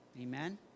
Amen